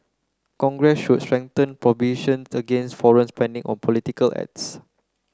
congress should strengthen prohibitions against foreign spending on political ads